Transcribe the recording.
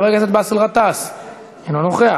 חבר הכנסת איציק שמולי, אינו נוכח.